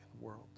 world